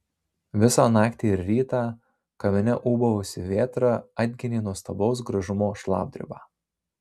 visą naktį ir rytą kamine ūbavusi vėtra atginė nuostabaus gražumo šlapdribą